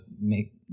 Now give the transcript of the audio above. make